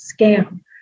scam